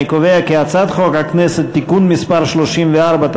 אני קובע כי הצעת חוק הכנסת (תיקון מס' 34),